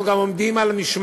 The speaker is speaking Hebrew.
אנחנו גם עומדים על המשמר,